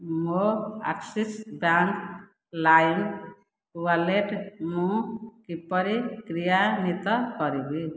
ମୋ Axis bank Lime wallet ମୁଁ କିପରି କ୍ରିୟାନ୍ଵିତ କରିବି